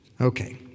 Okay